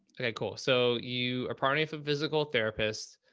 okay, cool. so you are partnering for physical therapists.